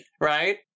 Right